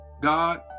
God